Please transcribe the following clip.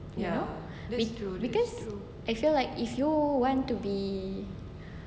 be~ because I feel like if you want to be